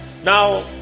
now